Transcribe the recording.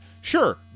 Sure